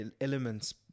elements